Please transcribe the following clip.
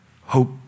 Hope